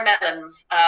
melons